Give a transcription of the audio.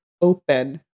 open